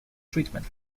treatment